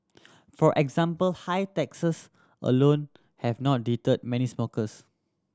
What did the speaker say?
for example high taxes alone have not deterred many smokers